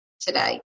today